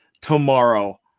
tomorrow